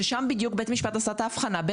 שם בדיוק בית המשפט עשה את ההבחנה לגבי